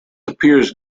appears